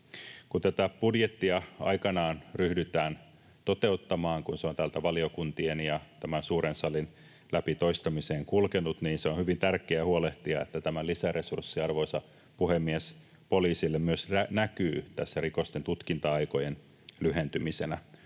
Kun tätä budjettia aikanaan ryhdytään toteuttamaan, kun se on täältä valiokuntien ja tämän suuren salin läpi toistamiseen kulkenut, niin on hyvin tärkeää huolehtia, että tämä lisäresurssi poliisille, arvoisa puhemies, myös näkyy tässä rikosten tutkinta-aikojen lyhentymisenä.